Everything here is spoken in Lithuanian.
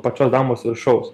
pačios dambos viršaus